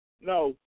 No